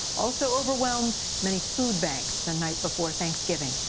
also overwhelmed many food banks the night before thanksgiving.